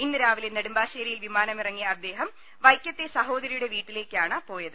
ഇന്ന് രാവിലെ നെടുമ്പാശ്ശേരിയിൽ വിമാനമിറങ്ങിയ അദ്ദേഹം വൈക്കത്തെ സഹോദരിയുടെ വീട്ടിലേക്കാണ് പോയത്